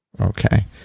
Okay